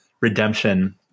redemption